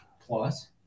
plus